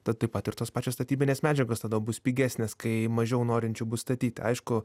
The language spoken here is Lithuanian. tad taip pat ir tos pačios statybinės medžiagos tada bus pigesnės kai mažiau norinčių bus statyti aišku